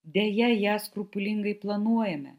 deja ją skrupulingai planuojame